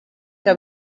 que